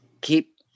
keep